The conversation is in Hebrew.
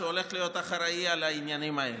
והולך להיות אחראי לעניינים האלה.